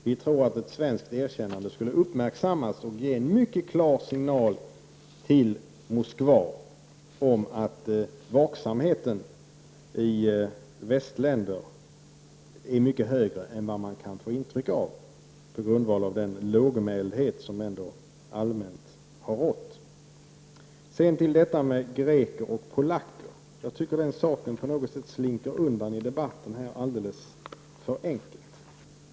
Vi tror att ett svenskt erkännande skulle uppmärksammas och ge en mycket klar signal till Moskva om att vaksamheten i västländer är mycket högre än vad man kan få intryck av på grundval av den lågmäldhet som ändå allmänt har rått. Sedan till detta med greker och polacker. Jag tycker att den frågan på något sätt slinker undan i debatten alldeles för enkelt.